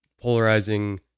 polarizing